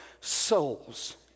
souls